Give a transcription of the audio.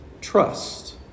trust